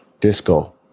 disco